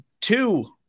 two